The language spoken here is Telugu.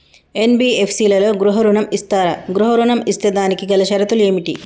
ఎన్.బి.ఎఫ్.సి లలో గృహ ఋణం ఇస్తరా? గృహ ఋణం ఇస్తే దానికి గల షరతులు ఏమిటి?